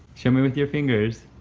show me with your fingers.